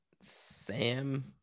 Sam